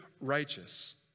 righteous